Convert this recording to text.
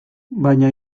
baina